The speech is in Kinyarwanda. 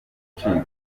gucika